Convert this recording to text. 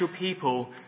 people